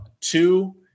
two